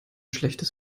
schlechtes